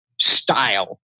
style